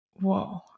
whoa